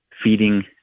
feeding